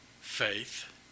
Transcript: faith